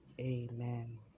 Amen